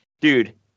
dude